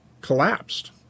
collapsed